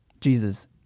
Jesus